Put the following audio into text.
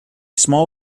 small